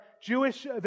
Jewish